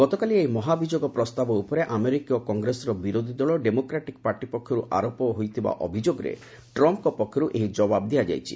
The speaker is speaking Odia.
ଗତକାଲି ଏହି ମହାଭିଯୋଗ ପ୍ରସ୍ତାବ ଉପରେ ଆମେରିକୀୟ କଂଗ୍ରେସର ବିରୋଧୀ ଦଳ ଡେମୋକ୍ରାଟିକ୍ ପାର୍ଟି ପକ୍ଷରୁ ଆରୋପ ହୋଇଥିବା ଅଭିଯୋଗରେ ଟ୍ରମ୍ପଙ୍କ ପକ୍ଷରୁ ଏହି ଜବାବ ଦିଆଯାଇଛି